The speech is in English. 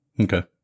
Okay